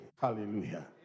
Hallelujah